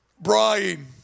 Brian